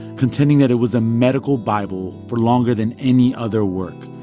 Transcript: contending that it was a medical bible for longer than any other work.